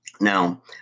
Now